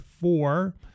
four